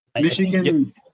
Michigan